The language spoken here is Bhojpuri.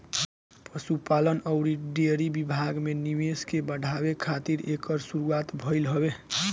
पशुपालन अउरी डेयरी विभाग में निवेश के बढ़ावे खातिर एकर शुरुआत भइल हवे